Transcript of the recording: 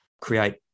create